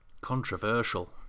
controversial